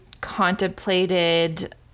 contemplated